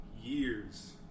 years